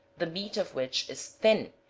the meat of which is thin,